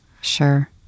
Sure